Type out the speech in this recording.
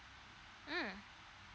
mm